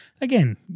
again